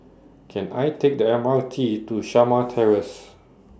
Can I Take The M R T to Shamah Terrace